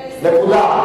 נקודה.